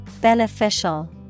Beneficial